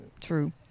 true